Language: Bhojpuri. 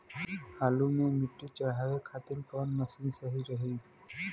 आलू मे मिट्टी चढ़ावे खातिन कवन मशीन सही रही?